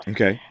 Okay